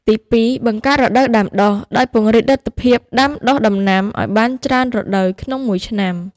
ទីពីរ បង្កើតរដូវដាំដុះ ដោយពង្រីកលទ្ធភាពដាំដុះដំណាំឱ្យបានច្រើនរដូវក្នុងមួយឆ្នាំ។